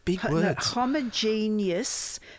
...homogeneous